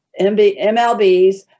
MLBs